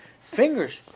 Fingers